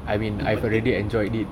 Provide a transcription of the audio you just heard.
itu penting